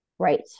Right